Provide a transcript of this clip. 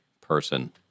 person